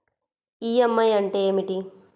EMI అంటే ఏమిటి?